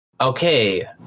okay